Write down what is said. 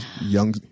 young